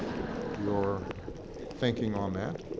your thinking on that.